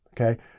okay